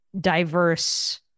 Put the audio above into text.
diverse